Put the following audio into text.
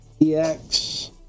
EX